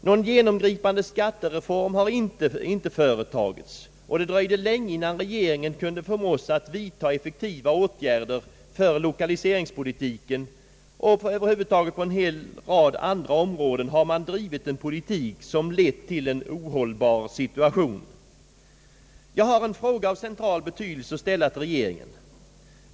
Någon genomgripande skattereform har inte företagits, och det dröjde länge innan regeringen kunde förmås att vidtaga effektiva åtgärder för lokaliseringspolitiken. Över huvud taget har regeringen på en hel rad områden fört en politik som lett till en ohållbar situation. Jag har en fråga av central betydelse att ställa till regeringen.